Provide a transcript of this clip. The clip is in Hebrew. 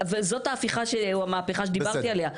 זאת המהפכה שעליה דיברתי,